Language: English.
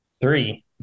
Three